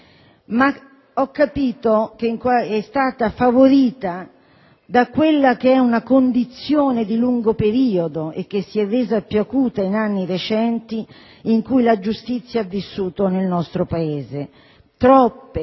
tale campagna è stata favorita dalla condizione di lungo periodo, che si è resa più acuta in anni recenti, in cui la giustizia ha vissuto nel nostro Paese: troppe